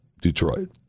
Detroit